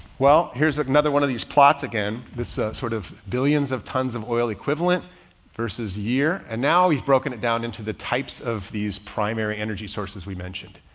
well, here's another one of these plots. again, this sort of billions of tons of oil equivalent versus year and now he's broken it down into the types of these primary energy sources we mentioned.